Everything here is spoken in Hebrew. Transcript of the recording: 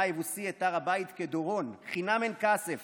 היבוסי את הר הבית כדורון חינם אין כסף